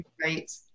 great